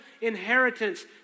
inheritance